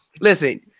Listen